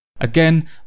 Again